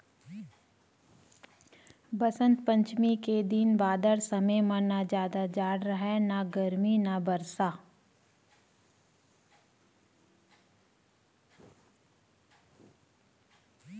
बसंत पंचमी के दिन बादर समे म न जादा जाड़ राहय न गरमी न बरसा